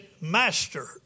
Master